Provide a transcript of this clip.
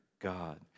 God